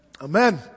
Amen